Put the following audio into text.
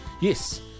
yes